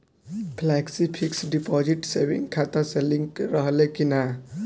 Flexi fix deposit saving खाता से link रहले कि ना?